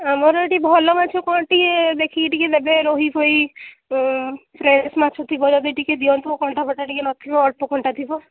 ଆମର ଏଠି ଭଲ ମାଛ କ'ଣ ଟିକେ ଦେଖିକି ଟିକେ ଦେବେ ରୋହି ଫୋହି ଫ୍ରେସ୍ ମାଛ ଥିବ ଯଦି ଟିକେ ଦିଅନ୍ତୁ କଣ୍ଟା ଫଣ୍ଟା ଟିକେ ନଥିବ ଅଳ୍ପ କଣ୍ଟା ଥିବ